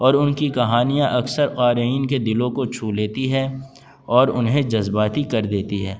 اور ان کی کہانیاں اکثر قارئین کے دلوں کو چھو لیتی ہے اور انہیں جذباتی کر دیتی ہے